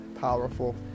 powerful